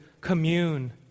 commune